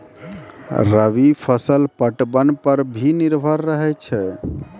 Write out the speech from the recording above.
रवि फसल पटबन पर भी निर्भर रहै छै